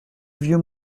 vieux